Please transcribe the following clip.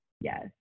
yes